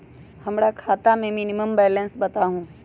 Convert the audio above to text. हमरा खाता में मिनिमम बैलेंस बताहु?